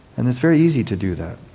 and it's very easy to do that,